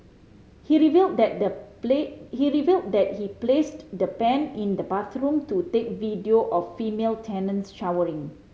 he revealed that the he revealed that he placed the pen in the bathroom to take video of female tenants showering